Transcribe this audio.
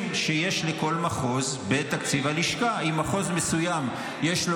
שיש לכל מחוז בתקציב הלשכה: אם למחוז מסוים יש,